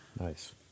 Nice